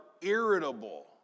irritable